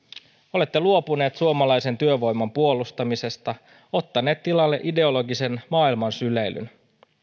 olette luopuneet suomalaisen työvoiman puolustamisesta ottaneet tilalle ideologisen maailman syleilyn